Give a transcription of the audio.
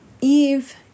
Eve